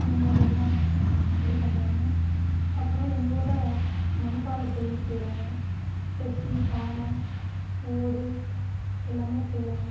அந்த மாதிரிலாம் இது பண்ணுறாங்க அப்புறம் எங்கள் ஊரில் மண்பாண்டத்தொழில் செய்கிறாங்க சட்டி பானை ஓடு எல்லாமே செய்கிறாங்க